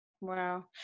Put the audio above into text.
Wow